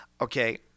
Okay